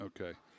Okay